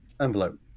envelope